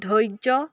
ধৈৰ্য